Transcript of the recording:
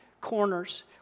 corners